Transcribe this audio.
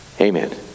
Amen